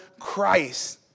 Christ